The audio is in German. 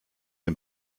dem